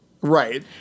Right